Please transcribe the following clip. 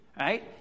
right